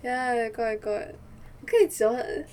ya I got I got 我跟你讲